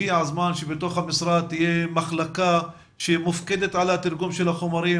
הגיע הזמן שבתוך המשרד תהיה מחלקה שמופקדת על תרגום החומרים,